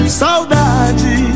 saudade